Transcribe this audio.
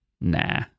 Nah